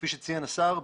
כפי שציין השר,